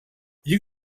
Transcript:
you